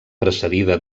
precedida